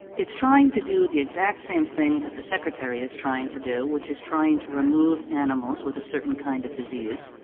it's trying to do the exact same thing that the secretary is trying to do, which is trying to remove animals with a certain kind of disease,